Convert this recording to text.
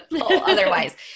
otherwise